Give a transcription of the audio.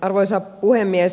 arvoisa puhemies